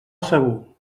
segur